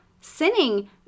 sinning